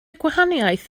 gwahaniaeth